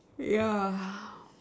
yeah